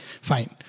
fine